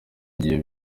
gihe